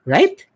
Right